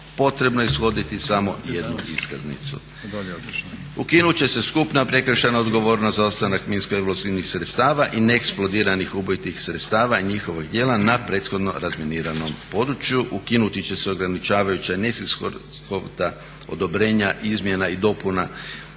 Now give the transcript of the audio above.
potrebno ishoditi samo jednu iskaznicu. Ukinut će se skupna prekršajna odgovornost za … minskoeksplozivnih sredstava i neeksplodiranih ubojitih sredstava i njihovih djela na prethodno razminiranom području, ukinut će se ograničavajuća … odobrenja izmjena i dopuna